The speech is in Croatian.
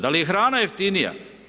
Da li je hrana jeftinija?